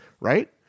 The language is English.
right